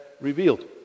revealed